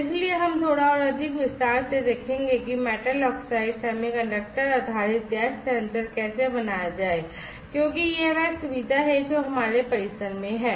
इसलिए हम थोड़ा और अधिक विस्तार से देखेंगे कि मेटल ऑक्साइड सेमीकंडक्टर आधारित गैस सेंसर कैसे बनाया जाए क्योंकि यह वह सुविधा है जो हमारे परिसर में है